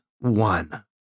one